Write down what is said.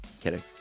Kidding